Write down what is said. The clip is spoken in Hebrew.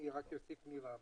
אוסיף מילה ברשותך,